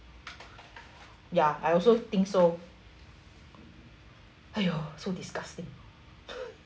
ya I also think so !aiyo! so disgusting